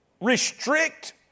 restrict